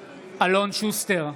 שוסטר,